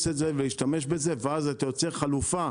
את זה ולהשתמש בזה ואז אתה יוצר חלופה,